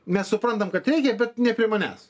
mes suprantam kad reikia bet ne prie manęs